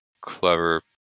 clever